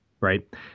right